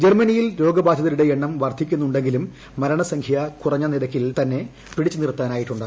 ജർമനിയിൽ രോഗബാധിതരുടെ എണ്ണം വർദ്ധിക്കുന്നുണ്ടെങ്കിലും മരണസംഖ്യ കുറഞ്ഞ നിരക്കിൽ തന്നെ പിടിച്ചു നിർത്താനായിട്ടുണ്ട്